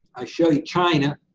i show you china,